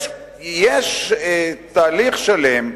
יש תהליך שלם,